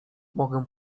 mogę